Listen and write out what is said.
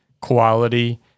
quality